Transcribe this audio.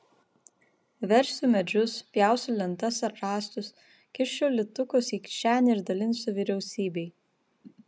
versiu medžius pjausiu lentas ar rąstus kišiu litukus į kišenę ir dalinsiu vyriausybei